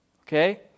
okay